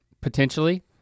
potentially